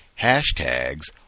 hashtags